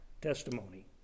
testimony